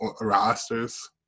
rosters